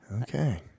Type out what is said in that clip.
Okay